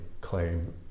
claim